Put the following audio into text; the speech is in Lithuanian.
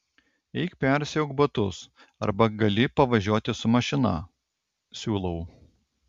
eik persiauk batus arba gali pavažiuoti su mašina siūlau